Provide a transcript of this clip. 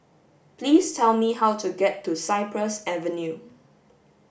please tell me how to get to Cypress Avenue